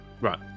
Right